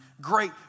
great